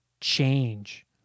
change